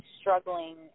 struggling